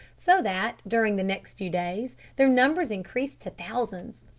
so that, during the next few days, their numbers increased to thousands.